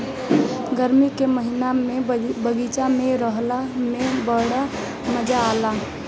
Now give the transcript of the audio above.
गरमी के दिने में बगीचा में रहला में बड़ा मजा आवेला